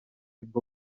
bwo